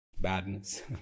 badness